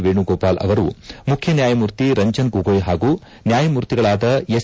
ವೇಣುಗೋಪಾಲ್ ಅವರು ಮುಖ್ಯ ನ್ಯಾಯಮೂರ್ತಿ ರಂಜನ್ ಗೋಗೋಯ್ ಹಾಗೂ ನ್ಯಾಯಮೂರ್ತಿಗಳಾದ ಎಸ್